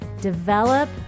develop